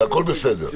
הכול בסדר.